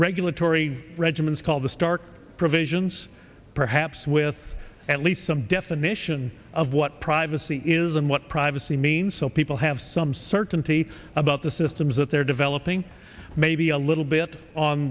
regulatory regimens called the stark provisions perhaps with at least some definition of what privacy is and what privacy means so people have some certainty about the systems that they're developing maybe a little bit on